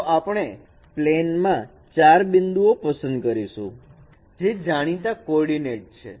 તો આપણે પ્લેન માં 4 બિંદુઓ પસંદ કરીશું જે જાણીતા કોર્ડીનેટ છે